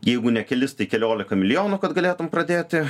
jeigu ne kelis tai keliolika milijonų kad galėtum pradėti